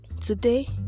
Today